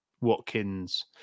watkins